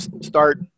start